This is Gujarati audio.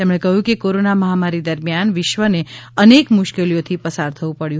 તેમણે કહ્યું કે કોરોના મહામારી દરમિયાન વિશ્વને અનેક મુશ્કેલીઓથી પસાર થવું પડ્યું